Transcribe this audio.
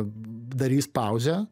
darys pauzę